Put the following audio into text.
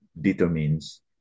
determines